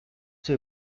the